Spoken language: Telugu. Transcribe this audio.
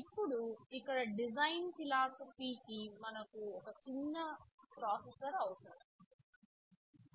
ఇప్పుడు ఇక్కడ డిజైన్ ఫిలాసఫీకి మనకు ఒక చిన్న ప్రాసెసర్ అవసరం